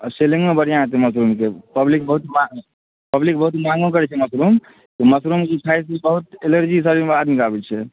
आ सेलिंगो बढ़िआँ हेतै मशरूमके पब्लिक बहुत मांग पब्लिक बहुत मांगो करै छै मशरूम तऽ मशरूमके खायके बहुत एनर्जी सभ आदमीके आबै छै